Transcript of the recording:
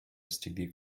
std